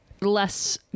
less